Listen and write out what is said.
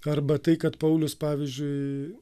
arba tai kad paulius pavyzdžiui